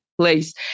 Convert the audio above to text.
place